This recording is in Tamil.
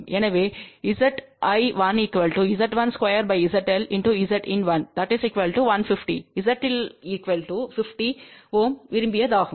எனவே Z¿1 Z12 ZL Zin1 150 ZL 50 விரும்பியதாகும்